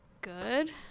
good